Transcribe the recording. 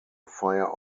fire